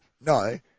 No